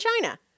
China